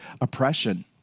oppression